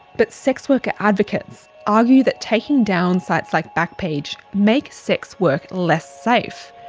but sex worker advocates argue that taking down sites like backpage makes sex work less safe,